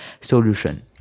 solution